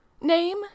Name